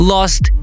Lost